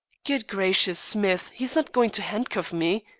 good gracious, smith, he is not going to handcuff me.